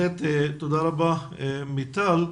תודה רבה מיטל.